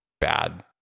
bad